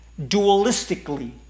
dualistically